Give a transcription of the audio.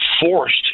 forced